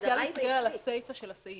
אני מציעה שתסתכלי על הסיפה של הסעיף.